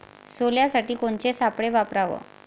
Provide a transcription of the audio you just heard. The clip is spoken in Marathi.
सोल्यासाठी कोनचे सापळे वापराव?